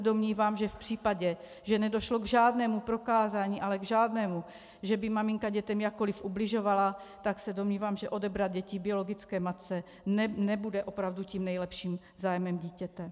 Domnívám se, že v případě, že nedošlo k žádnému prokázání, ale žádnému, že by maminka dětem jakkoli ubližovala, tak se domnívám, že odebrat děti biologické matce nebude opravdu tím nejlepším zájmem dítěte.